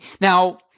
Now